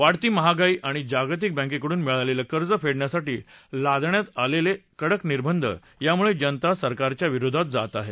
वाढती महागाई आणि जागतिक बँकेकडून मिळालेलं कर्ज फेडण्यासाठी लादण्यात आलेले कडक निर्बंध यामुळे जनता सरकारच्या विरोधात जात आहे